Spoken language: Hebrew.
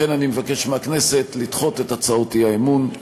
לכן אני מבקש מהכנסת לדחות את הצעות האי-אמון.